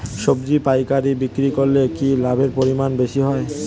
সবজি পাইকারি বিক্রি করলে কি লাভের পরিমাণ বেশি হয়?